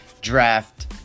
draft